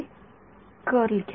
विद्यार्थीः कर्ल घ्या